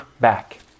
back